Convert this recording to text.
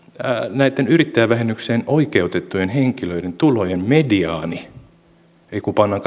näitten yrittäjävähennykseen oikeutettujen henkilöiden tulojen mediaani kun pannaan